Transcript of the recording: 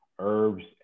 Herbs